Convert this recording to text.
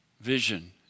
vision